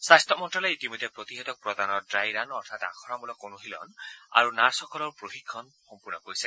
স্বাস্থ্য মন্ত্যালয়ে ইতিমধ্যে প্ৰতিষেধক প্ৰদানৰ ড্ৰাই ৰান অৰ্থাৎ আখৰামূলক অনুশীলন আৰু নাৰ্ছসকলৰ প্ৰশিক্ষণ সম্পূৰ্ণ কৰিছে